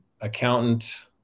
accountant